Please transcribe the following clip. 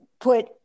put –